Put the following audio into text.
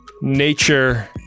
nature